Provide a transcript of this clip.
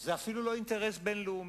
זה אפילו לא אינטרס בין-לאומי,